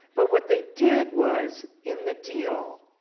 but what they did was in the deal,